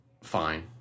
fine